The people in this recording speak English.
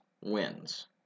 wins